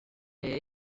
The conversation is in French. est